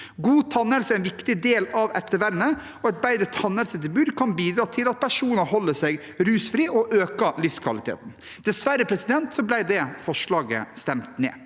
God tannhelse er en viktig del av ettervernet, og et bedre tannhelsetilbud kan bidra til at personer holder seg rusfri og får økt livskvalitet. Dessverre ble det forslaget stemt ned.